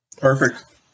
Perfect